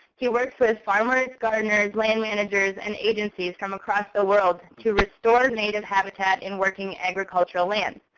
he works with farmers, gardeners, land managers, and agencies from across the world to restore native habitat in working agricultural land.